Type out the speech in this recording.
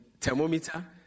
thermometer